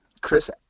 Chris